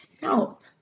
help